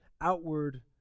outward